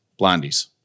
blondies